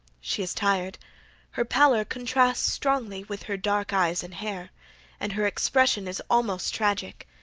she is tired her pallor contrasts strongly with her dark eyes and hair and her expression is almost tragic.